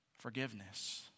forgiveness